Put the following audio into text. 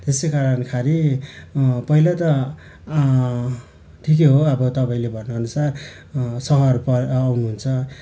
त्यसै कारण खालि पहिला त ठिकै हो अब तपाईँले भने अनुसार सहर पर आउनुहुन्छ